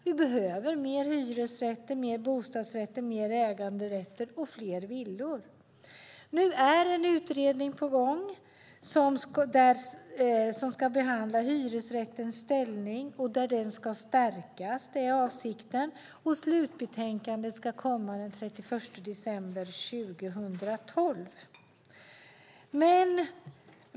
Vi behöver fler hyresrätter, fler bostadsrätter, fler äganderätter och fler villor. Nu är en utredning på gång som ska behandla hyresrättens ställning, och avsikten är att den ska stärkas. Slutbetänkandet ska komma den 31 december 2012.